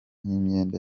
n’imyenda